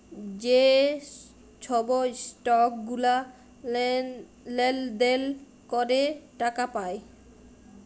যে ছব ইসটক গুলা লেলদেল ক্যরে টাকা পায়